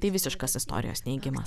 tai visiškas istorijos neigimas